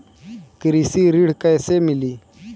कृषि ऋण कैसे मिली?